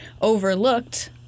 overlooked